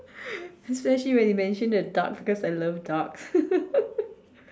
especially when you mention the duck cause I love duck